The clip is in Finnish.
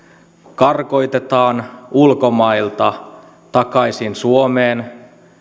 karkotetaan ulkomailta takaisin suomeen